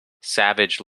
savage